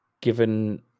given